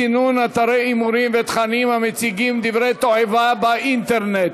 סינון אתרי הימורים ותכנים המציגים דברי תועבה באינטרנט),